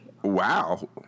Wow